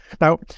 Now